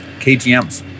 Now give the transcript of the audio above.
KTMs